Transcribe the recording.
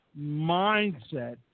mindset